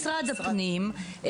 משרד הפנים,